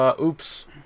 Oops